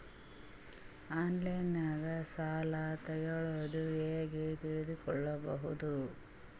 ಆನ್ಲೈನಾಗ ಸಾಲ ತಗೊಳ್ಳೋದು ಹ್ಯಾಂಗ್ ತಿಳಕೊಳ್ಳುವುದು?